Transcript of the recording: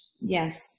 Yes